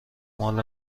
مال